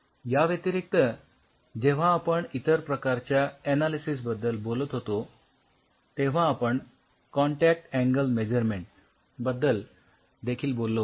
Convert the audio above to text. याव्यतिरिक्त जेव्हा आपण इतर प्रकारच्या ऍनालिसिसबद्दल बोलत होतो तेव्हा आपण कॉन्टॅक्ट अँगल मेझरमेन्ट बद्दल देखील बोललो होतो